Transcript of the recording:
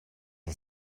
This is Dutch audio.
een